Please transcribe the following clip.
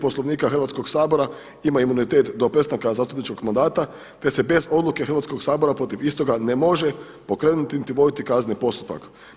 Poslovnika Hrvatskog sabora ima imunitet do prestanka zastupničkog mandata, te se bez odluke Hrvatskog sabora protiv istoga ne može pokrenuti niti voditi kazneni postupak.